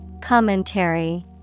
Commentary